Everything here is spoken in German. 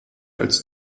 als